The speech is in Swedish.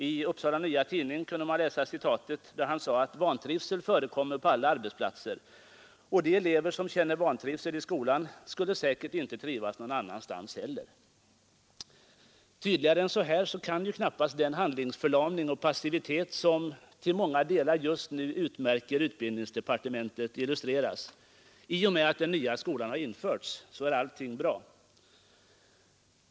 I Upsala Nya Tidning kunde man läsa ett citat där han sade: ”Vantrivsel förekommer på alla arbetsplatser. De elever som känner vantrivsel i skolan skulle säkert inte trivas någon annanstans heller. ”Tydligare än så här kan knappast den handlingsförlamning och passivitet som till många delar just nu utmärker utbildningsdepartementet illustreras. I och med att den nya skolan har införts är allting bra.